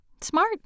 Smart